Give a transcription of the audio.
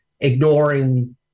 ignoring